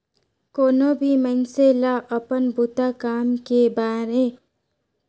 कोनो भी मइनसे ल अपन बूता काम के मारे बड़ा मुस्कुल में समे मिल पाथें